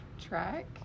track